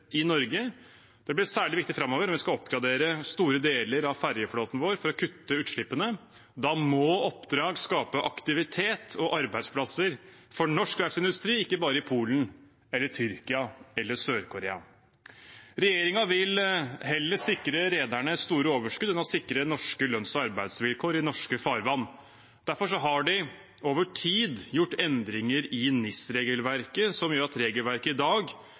i Norge. Det blir særlig viktig framover, når vi skal oppgradere store deler av fergeflåten vår for å kutte utslippene. Da må oppdrag skape aktivitet og arbeidsplasser for norsk verftsindustri, ikke bare i Polen, Tyrkia eller Sør-Korea. Regjeringen vil heller sikre rederne store overskudd enn å sikre norske lønns- og arbeidsvilkår i norske farvann. Derfor har de over tid gjort endringer i NIS-regelverket som gjør at regelverket i dag